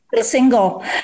single